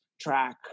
track